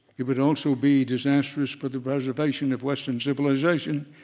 it would also be disastrous for the preservation of western civilization,